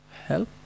help